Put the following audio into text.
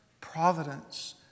providence